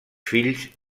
fills